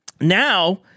Now